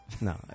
No